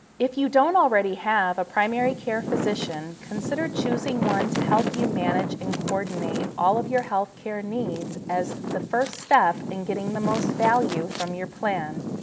if you don't already have a primary care physician, consider choosing one to help you manage and coordinate all of your healthcare needs as the first step in getting the most value from your plan.